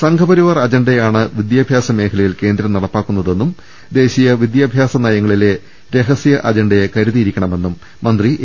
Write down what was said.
സംഘ്പരിവാർ അജണ്ടയാണ് വിദ്യാഭ്യാസ മേഖല യിൽ കേന്ദ്രം നടപ്പാക്കുന്നതെന്നും ദേശീയ വിദ്യാഭ്യാസ നയങ്ങളിലെ രഹസ്യ അജണ്ട്യെ കരുതിയിരിക്കണ മെന്നും മന്ത്രി എ